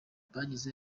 bagize